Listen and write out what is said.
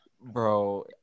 Bro